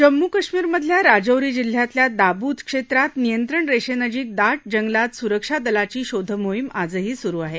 जम्मू कश्मीरमधल्या राजौरी जिल्ह्यातल्या दाबूद क्षेत्रात नियंत्रण रेषेनजीक दाट जंगलात सुरक्षा दलाची शोधमोहिम आजही सुरु आहे